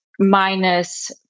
minus